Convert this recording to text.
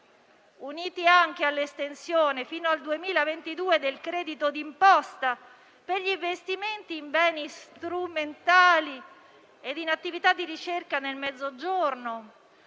uniti all'estensione fino al 2022 del credito d'imposta per gli investimenti in beni strumentali e in attività di ricerca nel Mezzogiorno,